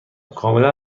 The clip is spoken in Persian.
کاملا